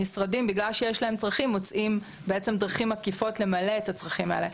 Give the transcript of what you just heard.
המשרדים מוצאים דרכים עקיפות למלא את הצרכים האלה.